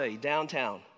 downtown